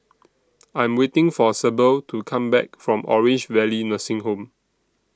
I Am waiting For Sable to Come Back from Orange Valley Nursing Home